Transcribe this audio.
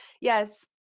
Yes